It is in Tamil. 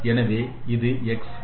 எனவே இது x ஆக இருக்கலாம்